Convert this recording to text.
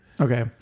Okay